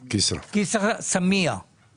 כי צוות ההנהלה כשל ביותר,